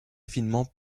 finement